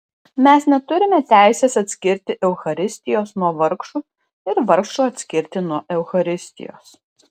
mes neturime teisės atskirti eucharistijos nuo vargšų ir vargšų atskirti nuo eucharistijos